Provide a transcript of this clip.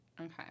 Okay